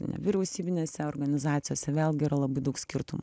nevyriausybinėse organizacijose vėlgi yra labai daug skirtumų